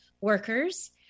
workers